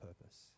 purpose